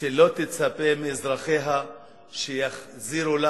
שלא תצפה מאזרחיה שיחזירו לה